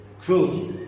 cruelty